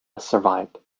survived